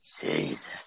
Jesus